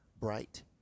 Bright